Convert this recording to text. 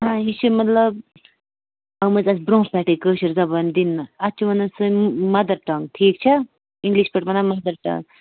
آ یہِ چھِ مطلب آمٕژ اَسہِ برٛونٛہہ پٮ۪ٹھٕے کٲشِر زبان دِنہٕ اَتھ چھِ وَنان سٲنۍ مَدَر ٹنٛگ ٹھیٖک چھا اِنٛگلِش پٲٹھۍ وَنان مََدر ٹنٛگ